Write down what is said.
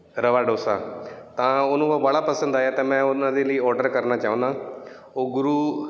ਰਵਾ ਡੋਸਾ ਤਾਂ ਉਹਨੂੰ ਉਹ ਬਾਹਲਾ ਪਸੰਦ ਆਇਆ ਤਾਂ ਮੈਂ ਉਹਨਾਂ ਦੇ ਲਈ ਆਰਡਰ ਕਰਨਾ ਚਾਹੁੰਦਾ ਉਹ ਗੁਰੂ